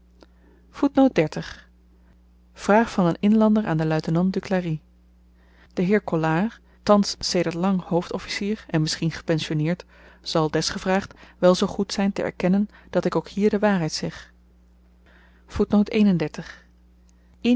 vraag van een inlander aan den luitenant duclari de heer collard thans sedert lang hoofdofficier en misschien gepensionneerd zal des gevraagd wel zoo goed zyn te erkennen dat ik ook hier de waarheid zeg